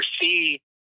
see